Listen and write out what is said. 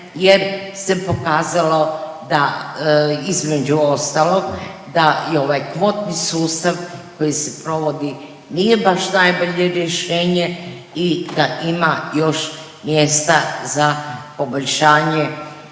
jer se pokazalo da između ostalog, da i ovaj kvotni sustav koji se provodi nije baš najbolje rješenje i da ima još mjesta za poboljšanje,